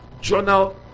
journal